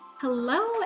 Hello